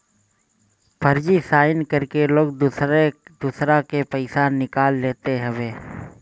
फर्जी साइन करके लोग दूसरा के पईसा निकाल लेत हवे